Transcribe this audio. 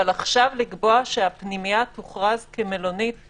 אבל עכשיו לקבוע שהפנימייה תוכרז כמלונית-